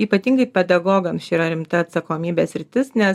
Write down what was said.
ypatingai pedagogams čia yra rimta atsakomybės sritis nes